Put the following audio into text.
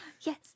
yes